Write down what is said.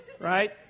Right